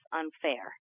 unfair